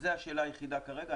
זו השאלה היחידה כרגע,